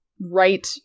right